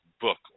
book